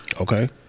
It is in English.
Okay